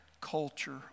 culture